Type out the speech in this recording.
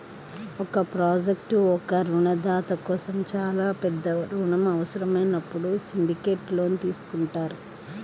ఒక ప్రాజెక్ట్కు ఒకే రుణదాత కోసం చాలా పెద్ద రుణం అవసరమైనప్పుడు సిండికేట్ లోన్ తీసుకుంటారు